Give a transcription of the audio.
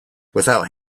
without